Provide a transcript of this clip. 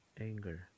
anger